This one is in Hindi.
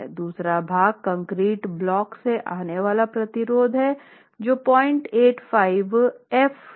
दूसरा भाग कंक्रीट ब्लॉक से आने वाला प्रतिरोध है जो 085 f c t d है